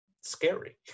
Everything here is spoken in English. scary